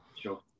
sure